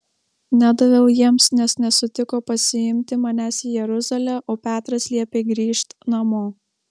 nedaviau jiems nes nesutiko pasiimti manęs į jeruzalę o petras liepė grįžt namo